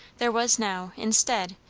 there was now, instead,